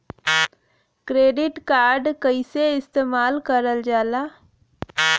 Credit card कईसे इस्तेमाल करल जाला?